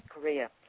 Korea